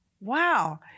Wow